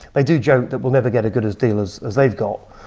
they do joke that we'll never get a good as deal as as they've got,